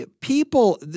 people